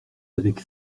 avec